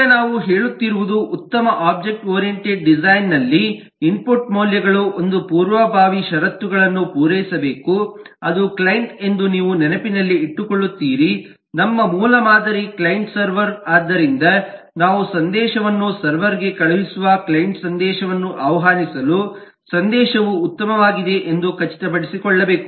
ಈಗ ನಾವು ಹೇಳುತ್ತಿರುವುದು ಉತ್ತಮ ಒಬ್ಜೆಕ್ಟ್ ಓರಿಯೆಂಟೆಡ್ ಡಿಸೈನ್ ನಲ್ಲಿ ಇನ್ಪುಟ್ ಮೌಲ್ಯಗಳು ಒಂದು ಪೂರ್ವಭಾವಿ ಷರತ್ತುಗಳನ್ನು ಪೂರೈಸಬೇಕು ಅದು ಕ್ಲೈಂಟ್ ಎಂದು ನೀವು ನೆನಪಿನಲ್ಲಿಟ್ಟುಕೊಳ್ಳುತ್ತೀರಿ ನಮ್ಮ ಮೂಲ ಮಾದರಿ ಕ್ಲೈಂಟ್ ಸರ್ವರ್ ಆದ್ದರಿಂದ ನಾವು ಸಂದೇಶವನ್ನು ಸರ್ವರ್ ಗೆ ಕಳುಹಿಸುವ ಕ್ಲೈಂಟ್ ಸಂದೇಶವನ್ನು ಆಹ್ವಾನಿಸಲು ಸಂದೇಶವು ಉತ್ತಮವಾಗಿದೆ ಎಂದು ಖಚಿತಪಡಿಸಿಕೊಳ್ಳಬೇಕು